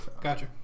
gotcha